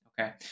Okay